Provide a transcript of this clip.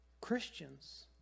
Christians